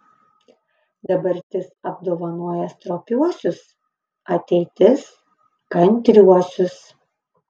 dabartis apdovanoja stropiuosius ateitis kantriuosius